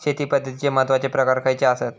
शेती पद्धतीचे महत्वाचे प्रकार खयचे आसत?